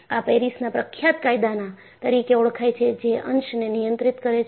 આ પેરિસના પ્રખ્યાત કાયદાના તરીકે ઓળખાય છે જે અંશને નિયંત્રિત કરે છે